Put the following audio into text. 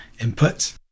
input